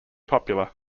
popular